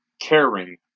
caring